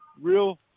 real